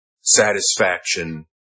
satisfaction